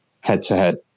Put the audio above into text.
head-to-head